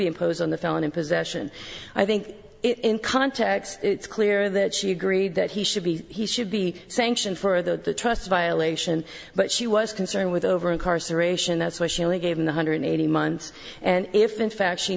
be imposed on the felon in possession i think in context it's clear that she agreed that he should be he should be sanctioned for the trust's violation but she was concerned with over incarceration that's why she only gave him one hundred eighty months and if in fact she